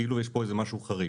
כאילו יש פה איזה משהו חריג.